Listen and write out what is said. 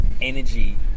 energy